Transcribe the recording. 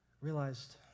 Realized